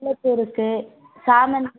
முல்லைப்பூ இருக்குது சாமந்தி